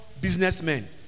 businessmen